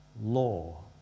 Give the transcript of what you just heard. law